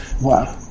Wow